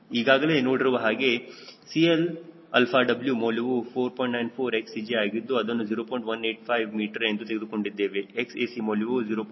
1207 metre ಆಗಿದೆ ಮತ್ತು mean aerodynamic chord c ಮೌಲ್ಯ 0